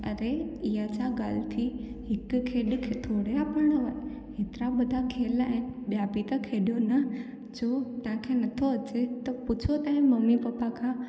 अरे इहा छा गाल्हि थी हिक खेॾ खे थोरी अपनाइणो आहे एतिरा वॾा खेल आहिनि ॿिया बि त खेॾूं न छो तव्हां खे नथो अचे त पुछो तव्हांजी ममी पपा खां